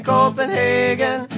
Copenhagen